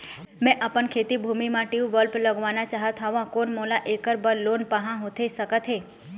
मैं अपन खेती भूमि म ट्यूबवेल लगवाना चाहत हाव, कोन मोला ऐकर बर लोन पाहां होथे सकत हे?